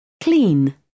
Clean